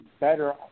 better